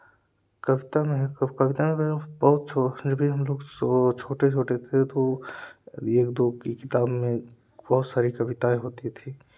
कविता में बहुत छोट जब हम लोग बहुत छोटे छोटे थे तो एक दो की किताब में बहुत सारी कविताऍं होती थी